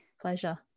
Pleasure